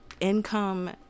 income